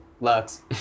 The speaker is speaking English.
Lux